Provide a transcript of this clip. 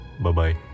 Bye-bye